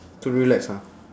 to relax ah